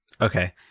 Okay